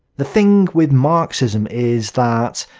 the thing with marxism is that,